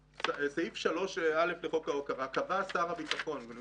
בסעיף 3(א) לחוק ההוקרה כתוב כך: "קבע השר אות